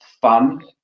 fun